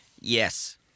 Yes